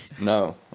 no